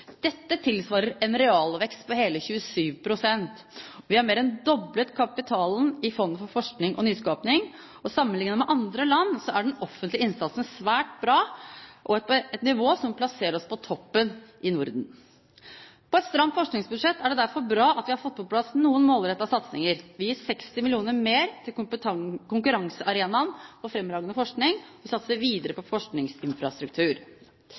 Dette tilsvarer en realvekst på hele 27 pst. Vi har mer enn doblet kapitalen i Fondet for forskning og nyskaping. Sammenlignet med andre land er den offentlige innsatsen svært bra og på et nivå som plasserer oss på toppen i Norden. I et stramt forskningsbudsjett er det derfor bra at vi har fått på plass noen målrettede satsinger. Vi gir 60 mill. kr mer til konkurransearenaen for fremragende forskning, og vi satser videre